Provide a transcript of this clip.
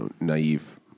naive